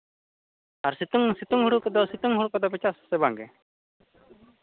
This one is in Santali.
ᱟᱨ ᱥᱤᱛᱩᱝ ᱥᱤᱛᱩᱝ ᱦᱩᱲᱩ ᱠᱚᱫᱚ ᱥᱤᱛᱩᱝ ᱦᱩᱲᱩ ᱠᱚᱫᱚᱯᱮ ᱪᱟᱥᱟᱥᱮ ᱵᱟᱝ ᱜᱮ